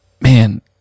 man